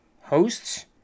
hosts